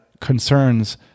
concerns